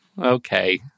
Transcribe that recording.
okay